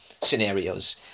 scenarios